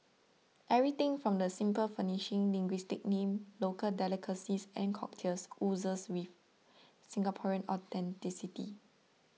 everything from the simple furnishing linguistic name local delicacies and cocktails oozes with Singaporean authenticity